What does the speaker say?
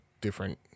different